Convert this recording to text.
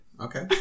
Okay